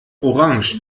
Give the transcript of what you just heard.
orange